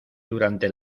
durante